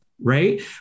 right